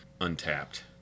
untapped